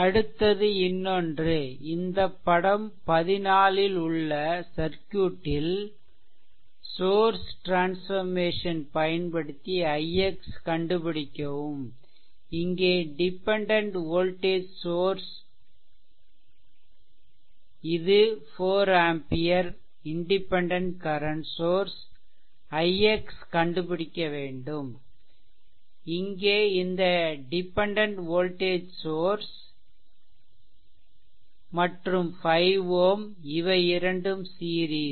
அடுத்தது இன்னொன்று இந்த படம் 14 ல் உள்ள சர்க்யூட்டில் சோர்ஸ் ட்ரான்ஸ்ஃபெர்மேசன் பயன்படுத்தி ix கண்டுபிடிக்கவும் இங்கே டிபெண்டென்ட் வோல்டேஜ் சோர்ஸ் இது 4 ampere independent current source ix கண்டுபிடிக்க வேண்டும் இங்கே இந்த டிபெண்டென்ட் வோல்டேஜ் சோர்ஸ் மற்றும் 5 Ω இவை இரண்டும் சீரிஸ்